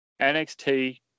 NXT